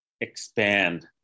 expand